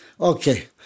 Okay